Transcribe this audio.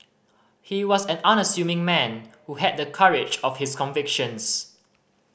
he was an unassuming man who had the courage of his convictions